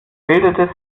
bildete